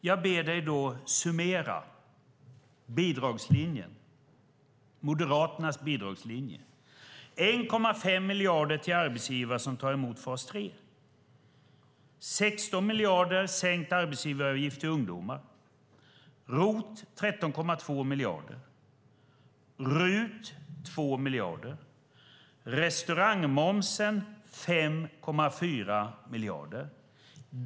Jag ber dig då summera bidragslinjen, Moderaternas bidragslinje: 1,5 miljarder till arbetsgivare som tar emot fas 3, 16 miljarder i sänkt arbetsgivaravgift för ungdomar, ROT 13,2 miljarder, RUT 2 miljarder och restaurangmomsen 5,4 miljarder.